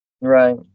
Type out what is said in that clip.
Right